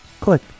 Click